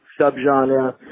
subgenre